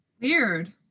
Weird